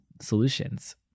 solutions